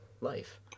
life